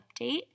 update